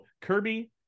Kirby